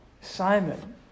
Simon